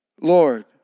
Lord